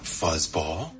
fuzzball